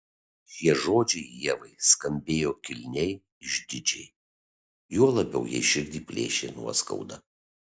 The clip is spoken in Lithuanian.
šie žodžiai ievai skambėjo kilniai išdidžiai juo labiau jai širdį plėšė nuoskauda